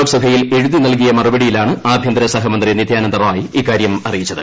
ലോക്സഭയിൽ എഴുതി നൽകിയ മറുപടിയിലാണ് ആഭ്യന്തര സഹമന്ത്രി നിത്യാനന്ദ റായ് ഇക്കാര്യം അറിയിച്ചത്